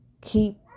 Keep